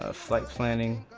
ah like planning,